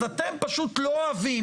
אז אתם פשוט לא אוהבים